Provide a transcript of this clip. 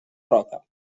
roca